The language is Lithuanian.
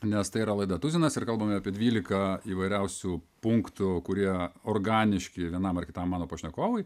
nes tai yra laida tuzinas ir kalbame apie dvylika įvairiausių punktų kurie organiški vienam ar kitam mano pašnekovui